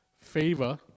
favor